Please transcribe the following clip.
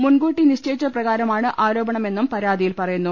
മുൻകൂട്ടി നിശ്ചയിച്ചതുപ്രകാരമാണ് ആരോപണ മെന്നും പരാതിയിൽ പറയുന്നു